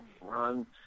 run